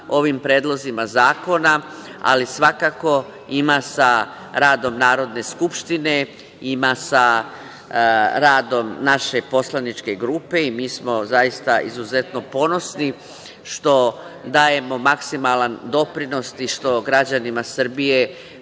ovim predlozima zakona, ali svakako ima sa radom Narodne skupštine, ima sa radom naše poslaničke grupe i mi smo zaista izuzetno ponosni što dajemo maksimalan doprinos i što građanima Srbije